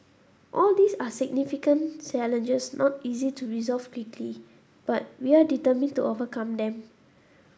all these are significant challenges not easy to resolve quickly but we are determined to overcome them